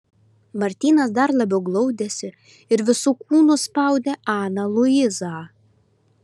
martynas dar labiau glaudėsi ir visu kūnu spaudė aną luizą